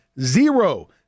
zero